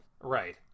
Right